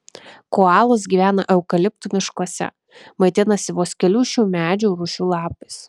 koalos gyvena eukaliptų miškuose maitinasi vos kelių šių medžių rūšių lapais